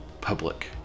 public